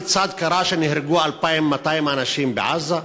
כיצד קרה שנהרגו 2,200 אנשים בעזה?